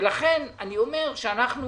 ולכן, אני אומר שאנחנו